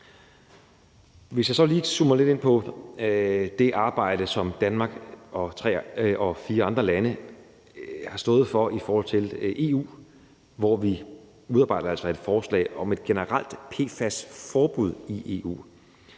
Hvis jeg så lige zoomer lidt ind på det arbejde, som Danmark og fire andre lande har stået for i forhold til EU, hvor vi altså udarbejder et forslag om et generelt PFAS-forbud i EU,